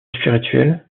spirituelle